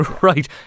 Right